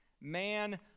Man